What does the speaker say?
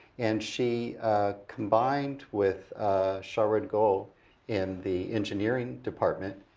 and she combined with sherwin gold in the engineering department.